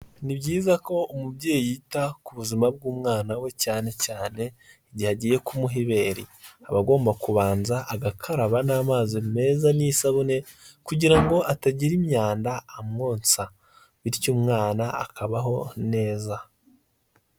Ni byiza ko umubyeyi yita ku buzima bw'umwana we cyane cyane igihe agiye kumuha ibere. Aba agomba kubanza agakaraba n'amazi meza n'isabune kugira ngo atagira imyanda amwonsa; bityo umwana akabaho neza.